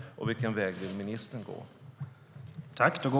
Vilken väg vill ministern gå?